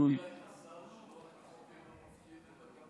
אני יכולה להרגיע את השר שלא רק המחוקק אינו מבחין אלא גם